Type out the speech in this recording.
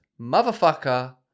motherfucker